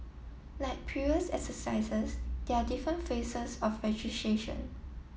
like previous exercises there are different phases of registration